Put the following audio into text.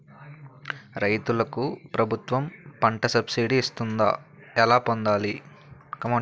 రైతులకు ప్రభుత్వం పంట సబ్సిడీ ఇస్తుందా? ఎలా పొందాలి?